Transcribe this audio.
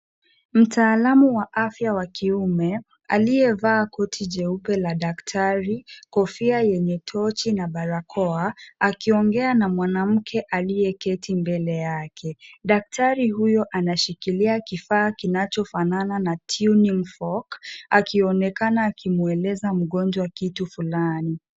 Mtaalamu wa afya wa kiume, aliyevaa koti jeupe la daktari, kofia yenye tochi na barakoa, akiongea na mwanamke aliyeketi mbele yake. Daktari huyo anashikilia kifaa kinachofanana na tunning fork akionekana akimweleza mgonjwa kitu fulani